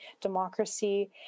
democracy